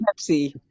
Pepsi